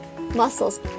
muscles